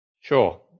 Sure